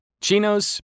chinos